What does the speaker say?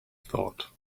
thought